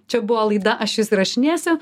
čia buvo laida aš jus įrašinėsiu